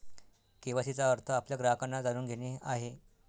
KYC चा अर्थ आपल्या ग्राहकांना जाणून घेणे आहे